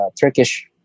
Turkish